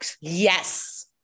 Yes